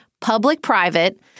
public-private